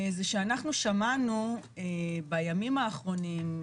זה שאנחנו שמענו בימים האחרונים,